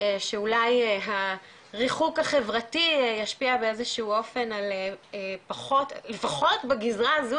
שאולי הריחוק החברתי ישפיע באיזה שהוא אופן על לפחות בגזרה הזו,